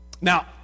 Now